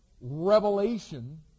revelation